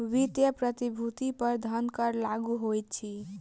वित्तीय प्रतिभूति पर धन कर लागू होइत अछि